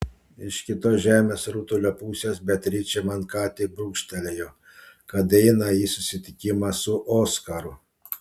iš kitos žemės rutulio pusės beatričė man ką tik brūkštelėjo kad eina į susitikimą su oskaru